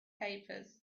papers